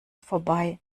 vorbei